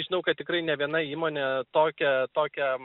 žinau kad tikrai ne viena įmonė tokią tokią